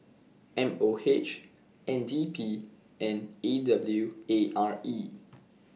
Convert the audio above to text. M O H N D P and A W A R E